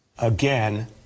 Again